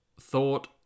thought